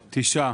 תשעה.